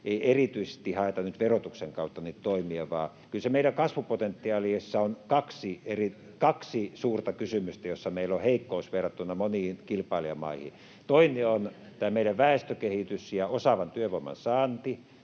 erityisesti haettaisiin nyt verotuksen kautta niitä toimia. Kyllä meidän kasvupotentiaalissa on kaksi suurta kysymystä, joissa meillä on heikkous verrattuna moniin kilpailijamaihin. Toinen on tämä meidän väestökehitys ja osaavan työvoiman saanti